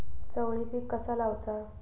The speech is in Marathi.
चवळी पीक कसा लावचा?